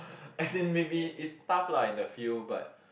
as in maybe is tough lah in the field but